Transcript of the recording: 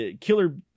killer